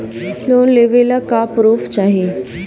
Loan लेवे ला का पुर्फ चाही?